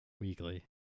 Weekly